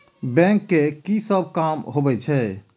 Bank के की सब काम होवे छे?